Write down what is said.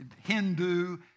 Hindu